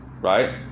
right